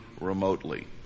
remotely